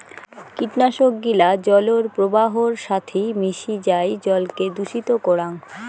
কীটনাশক গিলা জলর প্রবাহর সাথি মিশি যাই জলকে দূষিত করাং